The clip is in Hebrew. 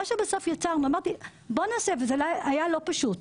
זה היה לא פשוט,